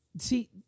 See